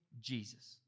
Jesus